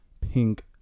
pink